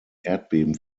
erdbeben